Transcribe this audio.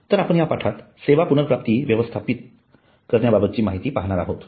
तर आपण या पाठात सेवा पुनर्प्राप्ती व्यवस्थापित करण्याबाबतची माहिती पाहणार आहोत